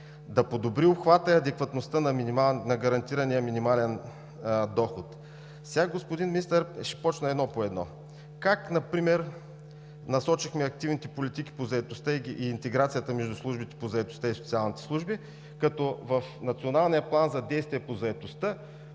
да подобри обхвата, адекватността на гарантирания минимален доход.“ Сега, господин Министър, ще започна едно по едно. Как например насочихме активните политики по заетостта и интеграцията между службите по заетостта и социалните служби, като в Националния план за действие по заетостта